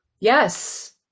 Yes